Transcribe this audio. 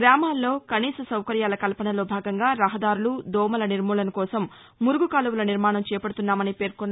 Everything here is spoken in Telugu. గ్రామాల్లో కనీస సౌకర్యాల కల్పనలో భాగంగా రహదారులు దోమల నిర్మూలనకోసం మురుగు కాలువల నిర్మాణం చేపడుతున్నామని పేర్కొన్నారు